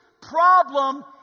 problem